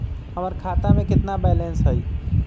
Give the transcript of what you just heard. हमर खाता में केतना बैलेंस हई?